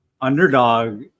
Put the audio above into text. underdog